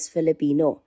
Filipino